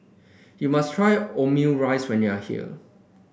you must try Omurice when you are here